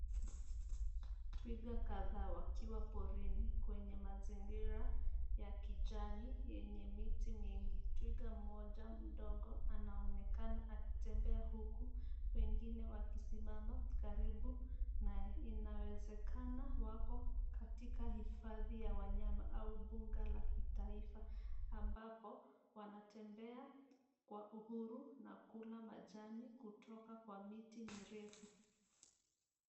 Twiga kadhaa wakiwa porini kwenye mazingira ya kijani yenye miti mingi. Twiga moja mdogo anaoekana akitembea huku wengine wakisimama karibu naye. Inawezekana wako katika hifadhi ya wanyama au bunga la taifa ambapo wanatembea kwa uhuru na kula majani kutoka kwa miti mirefu.